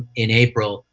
in april.